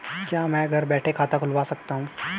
क्या मैं घर बैठे खाता खुलवा सकता हूँ?